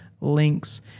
links